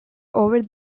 over